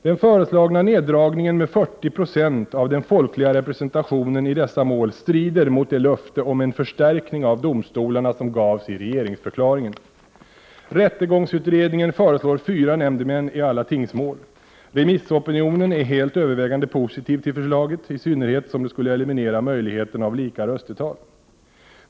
Den föreslagna neddragningen med 40 procent av den folkliga representationen i dessa mål strider mot det löfte om en förstärkning av domstolarna som gavs i regeringsförklaringen. Rättegångsutredningen föreslår fyra nämndemän i alla tingsmål. Remissopinionen är helt övervägande positiv till förslaget, i synnerhet som det skulle eliminera möjligheten av lika röstetal.